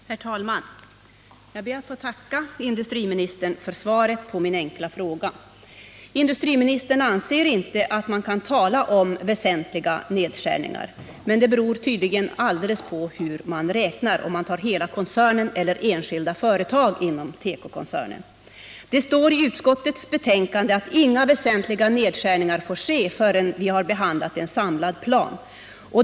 Herr talman! Jag ber att få tacka industriministern för svaret på min fråga. Industriministern anser inte att man här kan tala om väsentliga nedskärningar. Men det beror tydligen på hur man räknar, dvs. om man räknar med hela koncernen eller om man avser enskilda företag inom tekokoncernen. Det står i utskottsbetänkandet att inga väsentliga nedskärningar får ske, förrän statsmakterna har fått möjlighet att behandla en samlad plan.